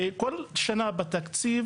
ובכל שנה בתקציב,